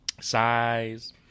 size